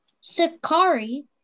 Sakari